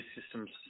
systems